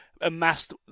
amassed